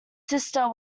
sister